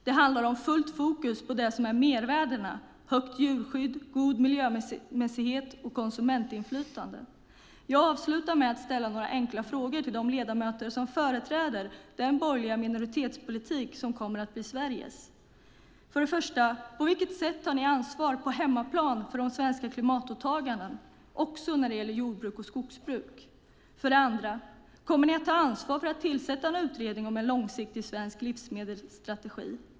Det handlar om fullt fokus på det som är mervärdena: högt djurskydd, god miljömässighet och konsumentinflytande. Jag avslutar med att ställa några enkla frågor till de ledamöter som företräder den borgerliga minoritetspolitik som kommer att bli Sveriges: 1. På vilket sätt tar ni på hemmaplan ansvar för svenska klimatåtaganden också när det gäller jordbruk och skogsbruk? 2. Kommer ni att ta ansvar för att tillsätta en utredning om en långsiktig svensk livsmedelsstrategi?